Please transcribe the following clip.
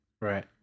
Right